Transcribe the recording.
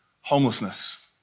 homelessness